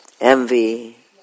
Envy